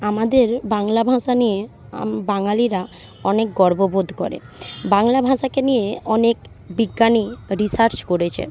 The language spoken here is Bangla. আমাদের বাংলা ভাষা নিয়ে আম বাঙালিরা অনেক গর্ববোধ করে বাংলা ভাষাকে নিয়ে অনেক বিজ্ঞানী রিসার্চ করেছে